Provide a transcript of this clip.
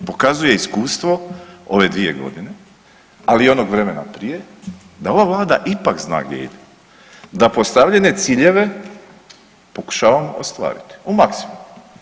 Pokazuje iskustvo ove dvije godine ali i onog vremena ranije da ova Vlada ipak zna gdje ide, da postavljene ciljeve pokušavamo ostvariti u maksimumu.